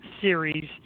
series